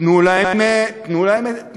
תנו להם עזרה.